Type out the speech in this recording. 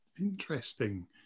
Interesting